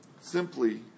simply